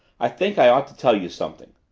i think i ought to tell you something.